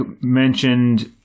mentioned